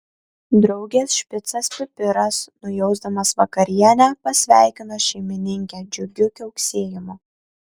draugės špicas pipiras nujausdamas vakarienę pasveikino šeimininkę džiugiu kiauksėjimu